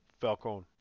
Falcone